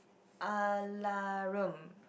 a la Rome